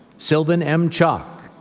sylvain m. tjock,